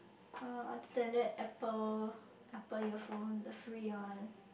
uh other than that apple apple earphone the free one